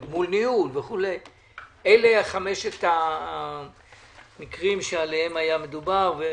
אלה חמשת המקרים שעליהם היה מדובר.